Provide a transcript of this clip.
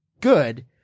good